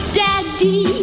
daddy